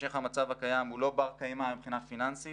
המשך המצב הקיים הוא לא בר-קיימא מבחינה פיננסית